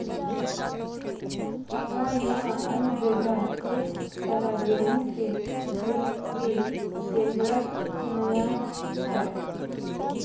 हमरा यहाँ अन्य जगह की तरह गेहूँ के बिक्री केन्द्रऽक नैय छैय?